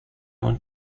want